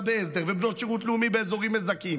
בהסדר ובנות שירות לאומי באזורים מזכים.